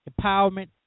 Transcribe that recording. empowerment